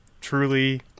truly